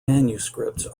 manuscripts